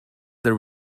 there